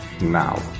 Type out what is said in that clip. now